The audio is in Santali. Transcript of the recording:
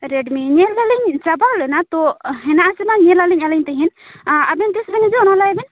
ᱨᱮᱰᱢᱤ ᱧᱮᱞ ᱫᱟᱞᱤᱧ ᱪᱟᱵᱟ ᱞᱮᱱᱟ ᱛᱚ ᱦᱮᱱᱟᱜᱼᱟᱥᱮ ᱵᱟᱝ ᱧᱮᱞ ᱟᱹᱞᱤᱧ ᱛᱮᱦᱮᱧ ᱟᱨ ᱟᱵᱮᱱ ᱛᱤᱥ ᱵᱮᱱ ᱦᱤᱡᱩᱜᱼᱟ ᱚᱱᱟ ᱞᱟᱹᱭ ᱵᱤᱱ